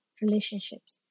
relationships